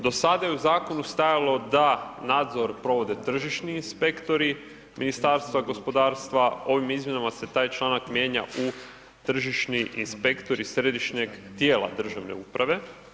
Do sada je u zakonu stajalo da nadzor provode tržišni inspektori Ministarstva gospodarstva, ovim izmjenama se taj članak mijenja u tržišni inspektori središnjeg tijela državne uprave.